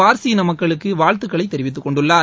பார்சி இன மக்களுக்குவாழ்த்துக்களைதெரிவித்துக்கொண்டுள்ளார்